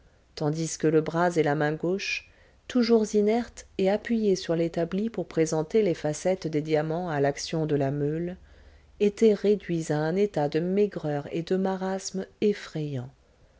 tandis que le bras et la main gauches toujours inertes et appuyés sur l'établi pour présenter les facettes des diamants à l'action de la meule étaient réduits à un état de maigreur et de marasme effrayant